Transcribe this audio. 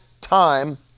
time